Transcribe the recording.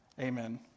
amen